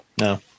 no